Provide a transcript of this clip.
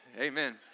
Amen